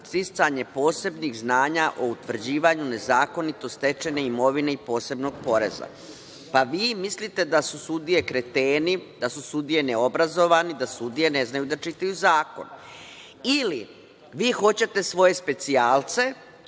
sticanje posebnih znanja o utvrđivanju nezakonito stečene imovine i posebnog poreza. Pa, vi mislite da su sudije kreteni, da su sudije neobrazovane, da sudije ne znaju da čitaju zakon ili vi hoćete svoje specijalce,